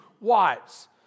wives